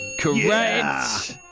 correct